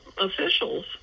officials